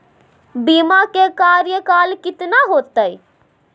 बीमा के कार्यकाल कितना होते?